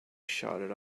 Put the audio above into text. shouted